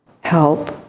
help